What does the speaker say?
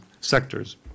sectors